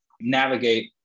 navigate